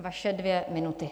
Vaše dvě minuty.